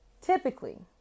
Typically